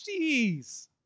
Jeez